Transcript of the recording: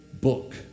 book